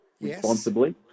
responsibly